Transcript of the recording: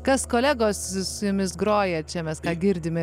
kas kolegos su jumis groja čia mes ką girdime